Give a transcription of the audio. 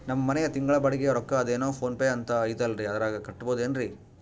ನಮ್ಮ ಮನೆಯ ತಿಂಗಳ ಬಾಡಿಗೆ ರೊಕ್ಕ ಅದೇನೋ ಪೋನ್ ಪೇ ಅಂತಾ ಐತಲ್ರೇ ಅದರಾಗ ಕಟ್ಟಬಹುದೇನ್ರಿ?